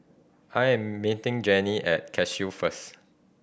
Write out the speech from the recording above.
I am meeting Jennie at Cashew first